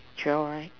twelve right